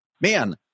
man